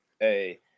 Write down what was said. Hey